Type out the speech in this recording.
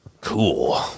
cool